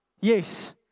Yes